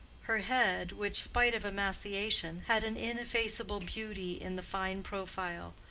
her head, which, spite of emaciation, had an ineffaceable beauty in the fine profile,